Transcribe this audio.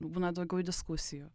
būna daugiau diskusijų